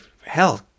hell